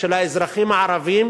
של האזרחים הערבים